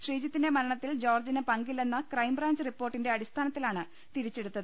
ശ്രീജിത്തിന്റെ മരണത്തിൽ ജോർജിന് പങ്കില്ലെന്ന ക്രൈം ബ്രാഞ്ച് റിപ്പോർട്ടിന്റെ അടിസ്ഥാനത്തിലാണ് തിരിച്ചെടുത്ത്